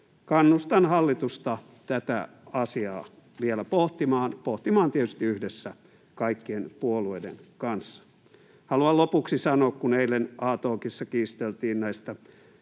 Kannustan hallitusta tätä asiaa vielä pohtimaan, tietysti yhdessä kaikkien puolueiden kanssa. Haluan lopuksi sanoa, kun eilen A-talkissa kiisteltiin näistä